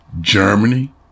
Germany